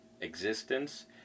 existence